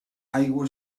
aigua